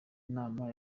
nama